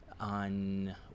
on